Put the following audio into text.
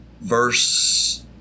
verse